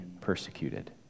persecuted